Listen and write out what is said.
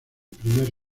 primer